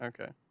Okay